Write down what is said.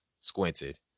squinted